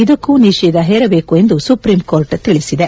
ಇದಕ್ಕೂ ನಿಷೇಧ ಹೇರಬೇಕು ಎಂದು ಸುಪ್ರೀಂ ಕೋರ್ಟ್ ತಿಳಿಸಿದೆ